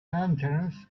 lanterns